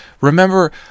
remember